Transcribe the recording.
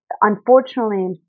unfortunately